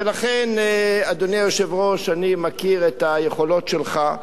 ולכן, אדוני היושב-ראש, אני מכיר את היכולות שלך,